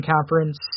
Conference